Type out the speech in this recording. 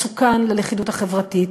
מסוכן ללכידות החברתית,